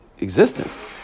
existence